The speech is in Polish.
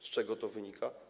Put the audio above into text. Z czego to wynika?